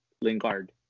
Lingard